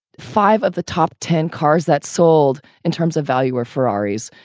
five of the top ten cars that sold in terms of value or ferrari's,